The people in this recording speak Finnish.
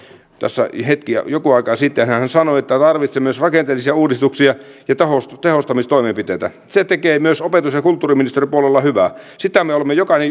tässä hetki sitten joku aika sitten että tarvitsemme myös rakenteellisia uudistuksia ja tehostamistoimenpiteitä se tekee myös opetus ja kulttuuriministeriön puolella hyvää sitä me olemme